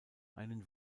einen